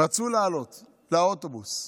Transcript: רצו לעלות לאוטובוס,